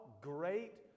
great